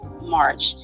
march